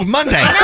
Monday